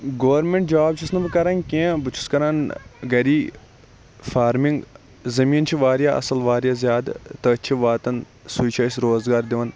government job چھُس نہٕ بہٕ کَران کینٛہہ بہٕ چھُس کَران گَری فارمِنٛگ زٔمیٖن چھ واریاہ اصل واریاہ زیادٕ تٔتھۍ چھِ واتان سُے چھ اَسہِ روزگار دِوان